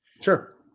sure